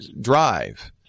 drive